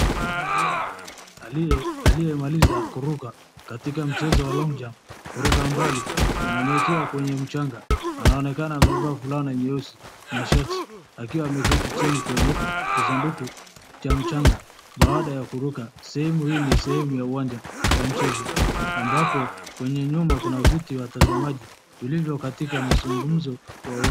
Mwanariadha aliyemaliza kuruka katika mchezo wa long jump kuruka mbali na ameitiwa kwenye mchanga, anaonekana amevaa fulana nyeusi na shoti akiwa ameketi chini kwenye kisanduku cha mchanga baada ya kuruka. Sehemu hii ni sehemu ya uwanja wa mchezo ambako kwenye nyuma kuna viti watazamaji vilivyo katika msungumzo wa